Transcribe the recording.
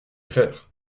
faire